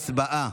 הצבעה.